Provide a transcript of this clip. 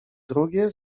drugie